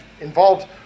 involved